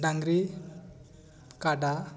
ᱰᱟᱝᱜᱽᱨᱤ ᱠᱟᱰᱟ